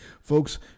Folks